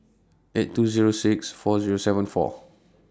eight two Zero six four Zero seven four